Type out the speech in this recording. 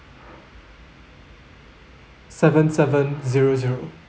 seven seven zero zero